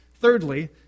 Thirdly